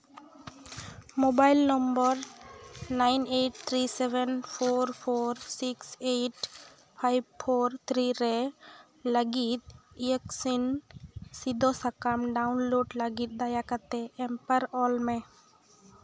mobile number nine eight three seven four four six eight five four three ᱨᱮ ᱞᱟᱹᱜᱤᱫ vaccine ᱥᱤᱫ ᱥᱟᱠᱟᱢ download ᱞᱟᱹᱜᱤᱫ ᱫᱟᱭᱟ ᱠᱟᱛᱮᱫ ᱮᱢᱯᱟᱨ ᱚᱞ ᱢᱮ